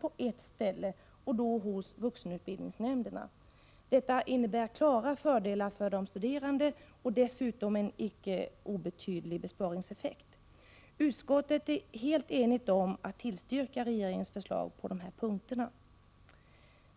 på ett ställe och då hos vuxenutbildningsnämnderna. Detta innebär klara fördelar för de studerande och dessutom en icke obetydlig besparingseffekt. Utskottet är helt enigt om att tillstyrka regeringens förslag på dessa punkter.